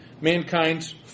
mankind's